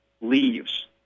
leaves